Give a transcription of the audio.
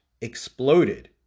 exploded